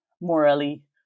morally